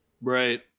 Right